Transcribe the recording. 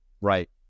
right